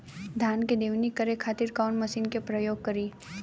धान के दवनी करे खातिर कवन मशीन के प्रयोग करी?